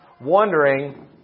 wondering